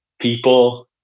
people